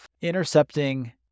intercepting